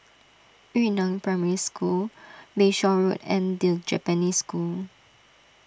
Yu Neng Primary School Bayshore Road and the Japanese School